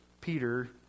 Peter